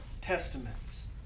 Testaments